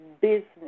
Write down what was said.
business